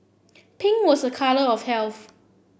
pink was a colour of health